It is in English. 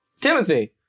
Timothy